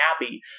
happy